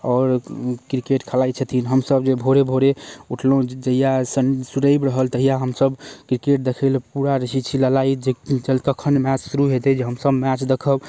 आओर किरकेट खेलाइ छथिन हमसभ जे भोरे भोरे उठलहुँ जहिआ सन रवि रहल तहिआ हमसभ किरकेट देखैलए पूरा रहै छी लालायित जे कखन मैच शुरू हेतै जे हमसभ मैच देखब